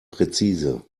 präzise